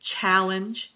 challenge